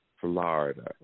Florida